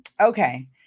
Okay